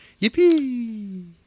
yippee